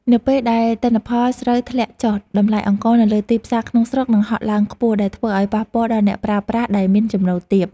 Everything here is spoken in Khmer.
នៅពេលដែលទិន្នផលស្រូវធ្លាក់ចុះតម្លៃអង្ករនៅលើទីផ្សារក្នុងស្រុកនឹងហក់ឡើងខ្ពស់ដែលធ្វើឱ្យប៉ះពាល់ដល់អ្នកប្រើប្រាស់ដែលមាន ចំណូលទាប។